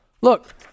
look